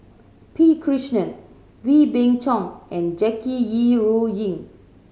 P Krishnan Wee Beng Chong and Jackie Yi Ru Ying